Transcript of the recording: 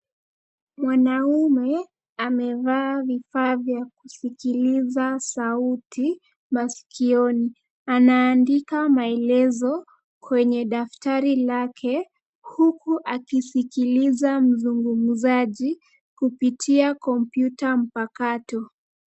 Mwanamume amevaa vifaa vya kusikiliza sauti masikioni. Anaandika maelezo kwenye daftari lake huku akisikiliza mzungumzaji kupitia kompyuta mpakato.